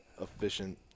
efficient